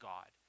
God